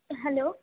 hello